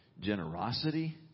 generosity